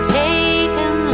taken